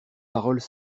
paroles